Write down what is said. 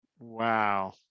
Wow